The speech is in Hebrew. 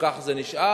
וכך זה נשאר.